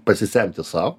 pasisemti sau